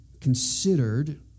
considered